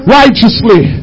righteously